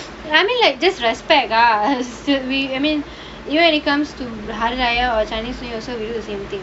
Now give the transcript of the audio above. I mean like disrespect lah we I mean you any comes to the holiday or chinese new year also we do the same thing